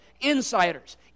insiders